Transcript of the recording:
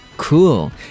Cool